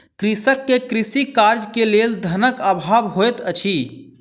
कृषक के कृषि कार्य के लेल धनक अभाव होइत अछि